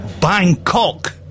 Bangkok